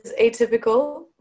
atypical